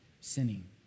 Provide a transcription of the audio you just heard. sinning